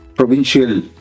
Provincial